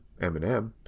Eminem